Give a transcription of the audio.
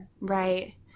Right